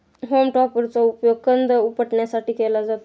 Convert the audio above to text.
home टॉपरचा उपयोग कंद उपटण्यासाठी केला जातो